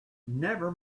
never